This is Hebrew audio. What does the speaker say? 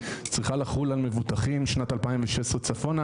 צריכה לחול על מבוטחים 2016 וצפונה.